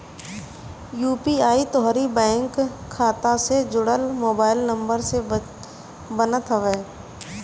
UPI तोहरी bank खाता से जुड़ल मोबाइल नंबर से बनत हवे